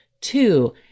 Two